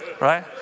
Right